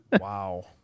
Wow